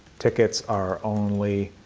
tickets are only